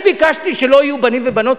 אני ביקשתי שלא יהיו בנים ובנות?